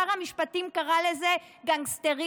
שר המשפטים קרא לזה "גנגסטריזם".